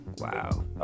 wow